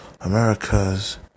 America's